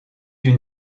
une